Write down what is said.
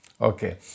Okay